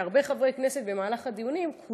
זה שבמהלך הדיונים הרבה חברי כנסת,